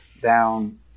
down